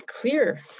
clear